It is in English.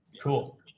Cool